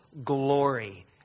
glory